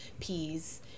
peas